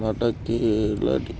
Nata Kireeti